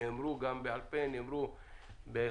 נאמרו גם בעל-פה, נאמרו בסיכום.